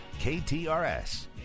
KTRS